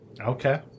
Okay